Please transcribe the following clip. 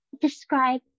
describe